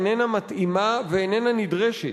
איננה מתאימה ואיננה נדרשת.